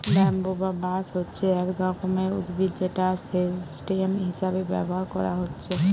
bamboo বা বাঁশ হচ্ছে এক রকমের উদ্ভিদ যেটা স্টেম হিসাবে ব্যাভার কোরা হচ্ছে